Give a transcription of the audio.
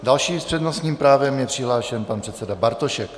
Další s přednostním právem je přihlášen pan předseda Bartošek.